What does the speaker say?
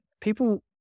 People